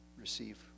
receive